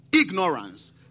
Ignorance